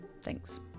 Thanks